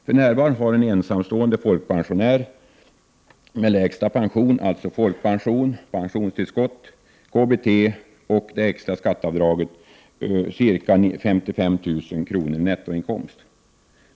För närvarande har en ensamstående folkpensionär med lägsta pension — alltså folkpension, pensionstillskott, KBT och det extra skatteavdraget — ca 55 000 kr., i nettoinkomst.